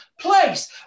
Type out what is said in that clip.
place